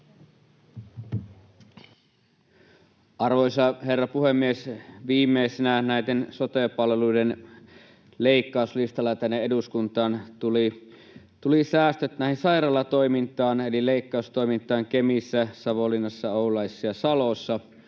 Arvoisa herra puhemies! Viimeisenä näiden sote-palveluiden leikkauslistalla tänne eduskuntaan tulivat säästöt sairaalatoimintaan eli leikkaustoimintaan Kemissä, Savonlinnassa, Oulaisissa ja Salossa.